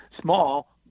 small